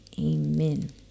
Amen